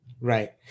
Right